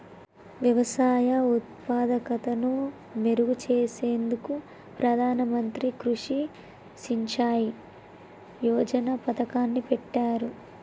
వ్యవసాయ ఉత్పాదకతను మెరుగు చేసేందుకు ప్రధాన మంత్రి కృషి సించాయ్ యోజన పతకాన్ని పెట్టారు